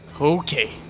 okay